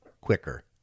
quicker